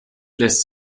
lässt